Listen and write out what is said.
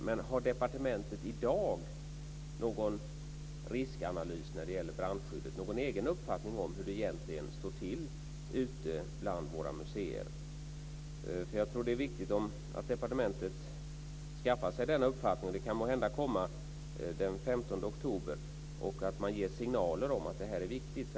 Men har departementet i dag någon riskanalys när det gäller brandskyddet, någon egen uppfattning om hur det egentligen står till ute bland våra museer? Jag tror att det är viktigt att departementet skaffar sig den uppfattningen - den kan måhända komma den 15 oktober - och att man ger signaler om att det här är viktigt.